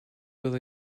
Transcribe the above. with